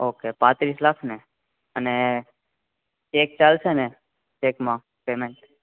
okay પાંત્રીસ લાખ ને અને ચેક ચાલશેને ચેકમાં પેમેન્ટ